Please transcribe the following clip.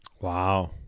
wow